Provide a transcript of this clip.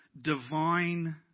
divine